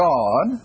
God